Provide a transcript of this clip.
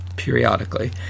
periodically